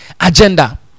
agenda